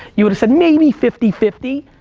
you would've said maybe fifty fifty.